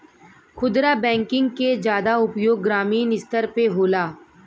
खुदरा बैंकिंग के जादा उपयोग ग्रामीन स्तर पे होला